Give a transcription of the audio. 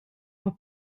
per